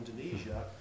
Indonesia